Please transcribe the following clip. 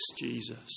Jesus